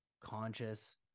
conscious